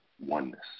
oneness